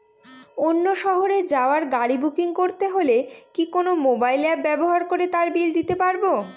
অন্য শহরে যাওয়ার গাড়ী বুকিং করতে হলে কি কোনো মোবাইল অ্যাপ ব্যবহার করে তার বিল দিতে পারব?